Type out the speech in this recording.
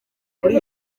kuri